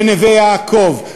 בנווה-יעקב,